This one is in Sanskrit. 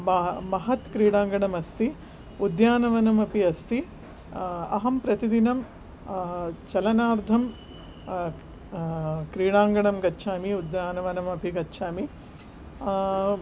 मा महत् क्रीडाङ्गणं अस्ति उद्यानवनमपि अस्ति अहं प्रतिदिनं चलनार्थं क् क्रीडाङ्गाणं गच्छामि उद्यानवनमपि गच्छामि